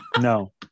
No